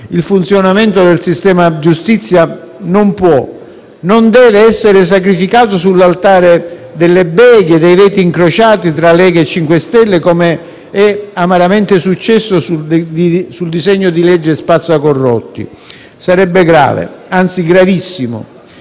Il funzionamento del sistema giustizia non può e non deve essere sacrificato sull'altare delle beghe e dei veti incrociati tra Lega e MoVimento 5 Stelle, com'è amaramente successo con il disegno di legge spazzacorrotti. Sarebbe grave, anzi, gravissimo